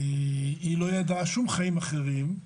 היא לא ידעה שום חיים אחרים,